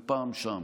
זה פעם שם.